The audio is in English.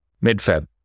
mid-Feb